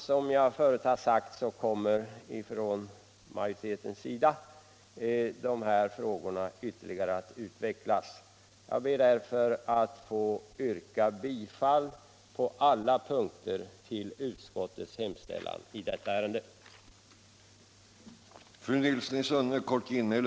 Som jag förut sagt kommer dessa frågor ytterligare att — m.m. utvecklas av andra företrädare för utskottsmajoriteten. Jag ber därför att få yrka bifall till utskottets hemställan på samtliga punkter i detta